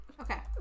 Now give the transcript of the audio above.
okay